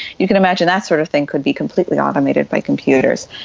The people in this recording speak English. you can imagine that sort of thing could be completely automated by computers.